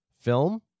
film